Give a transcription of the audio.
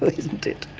like isn't it.